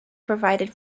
provided